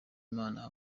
imana